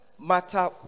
matter